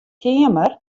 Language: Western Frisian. keamer